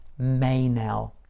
Maynell